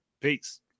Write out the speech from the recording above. Peace